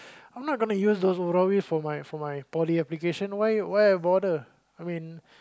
I'm not gonna use those Arabic for my for my Poly application why why I bother I mean